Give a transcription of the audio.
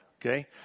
okay